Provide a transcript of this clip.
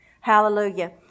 Hallelujah